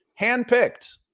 Handpicked